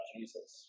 Jesus